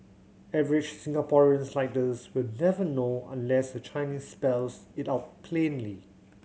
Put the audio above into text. average Singaporeans like us will never know unless the Chinese spells it out plainly